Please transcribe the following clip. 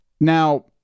Now